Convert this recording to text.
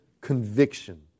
conviction